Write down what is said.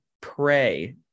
pray